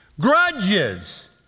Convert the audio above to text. grudges